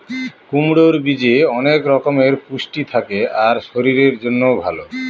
কুমড়োর বীজে অনেক রকমের পুষ্টি থাকে আর শরীরের জন্যও ভালো